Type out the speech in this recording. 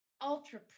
ultra